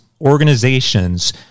organizations